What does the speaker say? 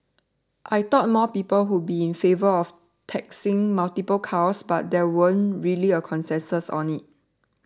I thought more people would be in favour of taxing multiple cars but there weren't really a consensus on it